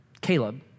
Caleb